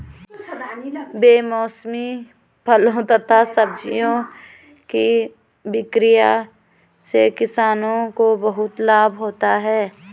बेमौसमी फलों तथा सब्जियों के विक्रय से किसानों को बहुत लाभ होता है